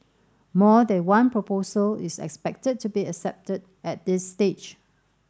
more than one proposal is expected to be accepted at this stage